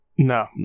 No